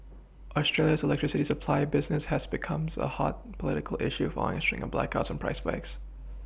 Australia's electricity supply business has becomes a hot political issue following a string of blackouts and price spikes